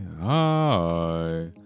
hi